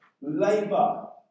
Labour